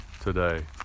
today